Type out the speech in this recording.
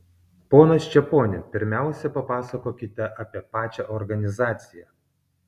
ponas čeponi pirmiausia papasakokite apie pačią organizaciją